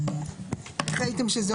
כלומר, איך ראיתם שזה עובד?